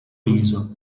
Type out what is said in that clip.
riso